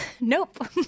Nope